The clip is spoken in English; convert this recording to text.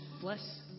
Bless